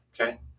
Okay